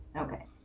Okay